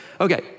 Okay